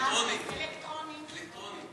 הצבעה אלקטרונית.